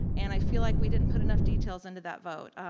and i feel like we didn't put enough details into that vote.